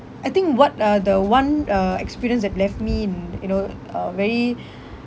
I think what uh the one uh experience that left me in you know uh very